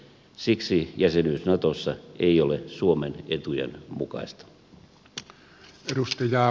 siksi jäsenyys natossa ei ole suomen etujen mukaista